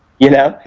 you know?